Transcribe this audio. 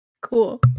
cool